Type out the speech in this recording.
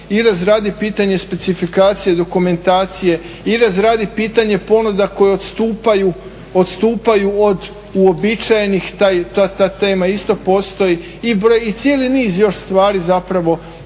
i razradit pitanje specifikacije dokumentacije, i razradit pitanje ponuda koje odstupaju, odstupaju od uobičajenih, ta tema isto postoji, i cijeli niz još stvari zapravo